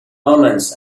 omens